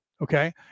Okay